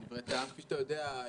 כפי שאתה יודע,